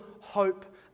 hope